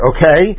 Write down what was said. Okay